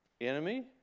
enemy